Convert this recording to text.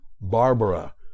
Barbara